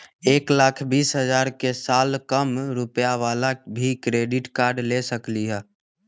एक लाख बीस हजार के साल कम रुपयावाला भी क्रेडिट कार्ड ले सकली ह?